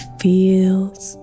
feels